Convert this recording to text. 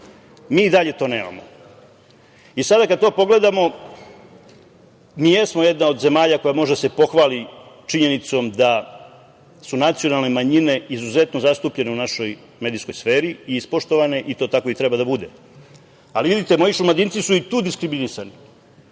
Mi i dalje to nemamo. Sada kada to pogledamo, mi jesmo jedna od zemalja koja može da se pohvali činjenicom da su nacionalne manjine izuzetno zastupljene u našoj medijskoj sferi i ispoštovane i to tako treba i da bude. Ali vidite, moji Šumadinci su i tu diskriminisani.